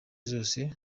zose